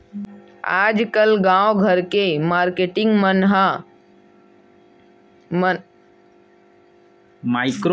आजकल गाँव घर के मारकेटिंग मन ह माइक्रो फायनेंस लेके अपन काम धंधा ल बने आपस म जुड़के चालू कर दे हवय